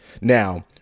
Now